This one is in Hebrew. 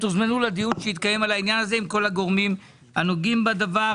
לדיון שיתקיים בעניין הזה עם כל הגורמים הנוגעים בדבר.